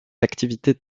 activités